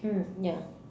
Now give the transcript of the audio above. mm ya